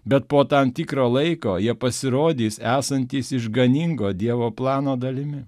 bet po tam tikro laiko jie pasirodys esantys išganingo dievo plano dalimi